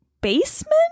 basement